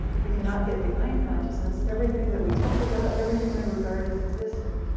we cannot get behind consciousness everything that we talk about, everything we regard as existing,